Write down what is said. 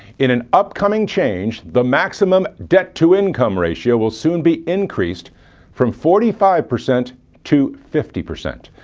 in an upcoming change, the maximum dent-to-income ratio will soon be increased from forty five percent to fifty percent.